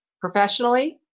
professionally